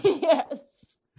Yes